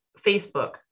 Facebook